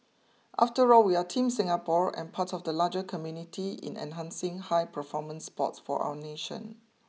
after all we are Team Singapore and part of the larger community in enhancing high performance sports for our nation